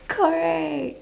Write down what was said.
correct